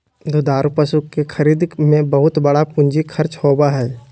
दुधारू पशु के खरीद में बहुत बड़ा पूंजी खर्च होबय हइ